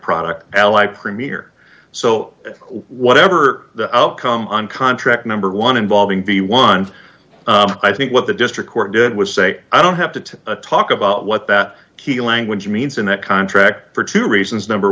product l i premier so whatever the outcome on contract number one involving the one i think what the district court did was say i don't have to talk about what that key language means in that contract for two reasons number